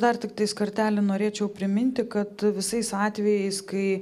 dar tiktais kartelį norėčiau priminti kad visais atvejais kai